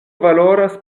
valoras